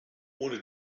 ohne